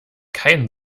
kein